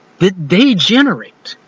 that they generate!